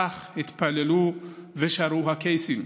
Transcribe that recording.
כך התפללו ושרו הקייסים: